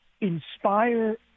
inspire